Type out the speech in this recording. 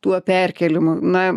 tuo perkėlimu na